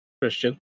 Christian